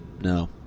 No